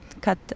cut